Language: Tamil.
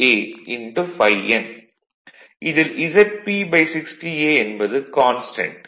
இதில் ZP 60A என்பது கான்ஸ்டன்ட்